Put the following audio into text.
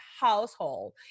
household